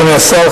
אדוני השר,